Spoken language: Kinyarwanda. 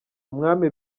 umwami